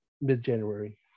mid-January